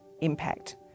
impact